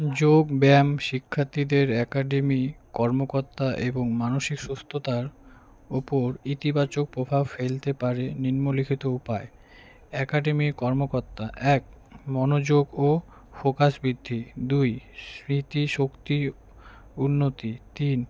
যোগব্যায়াম শিক্ষার্থীদের অ্যাকাডেমি কর্মকর্তা এবং মানসিক সুস্থতার ওপর ইতিবাচক প্রভাব ফেলতে পারে নিম্নলিখিত উপায় অ্যাকাডেমি কর্মকর্তা এক মনোযোগ ও ফোকাস বৃদ্ধি দুই স্মৃতিশক্তি উন্নতি তিন